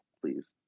please